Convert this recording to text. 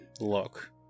look